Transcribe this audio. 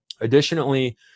Additionally